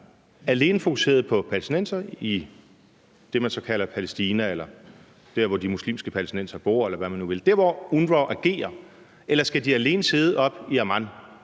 der alene er fokuseret på palæstinensere i det, man så kalder Palæstina, eller der, hvor de muslimske palæstinensere bor, eller hvad man nu vil kalde det , altså der, hvor UNRWA agerer? Eller skal de alene sidde oppe i Amman